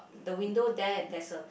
the window there there's a